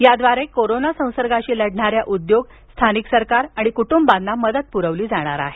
याद्वारे कोरोना संसर्गाशी लढणाऱ्या उद्योग स्थानिक सरकारे आणि कुटुंबांना मदत पुरवली जाणार आहे